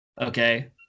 okay